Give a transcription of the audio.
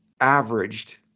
averaged